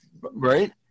Right